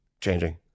changing